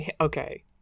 okay